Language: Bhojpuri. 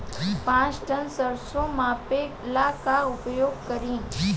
पाँच टन सरसो मापे ला का उपयोग करी?